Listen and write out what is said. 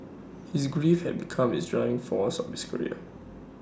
his grief had become his driving force of his career